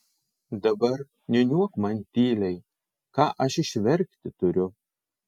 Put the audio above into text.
dabar niūniuok man tyliai ką aš išverkti turiu